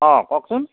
অঁ কওকচোন